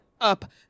up